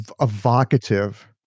evocative